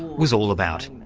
was all about.